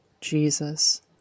Jesus